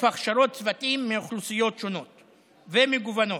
הכשרות צוותים מאוכלוסיות שונות ומגוונות.